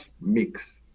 mix